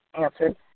answered